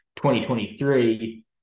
2023